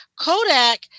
Kodak